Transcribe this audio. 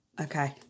Okay